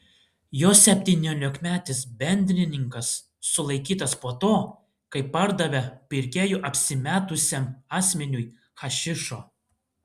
jo septyniolikmetis bendrininkas sulaikytas po to kai pardavė pirkėju apsimetusiam asmeniui hašišo